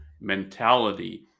mentality